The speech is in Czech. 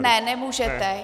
Ne, nemůžete.